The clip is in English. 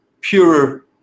purer